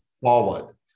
forward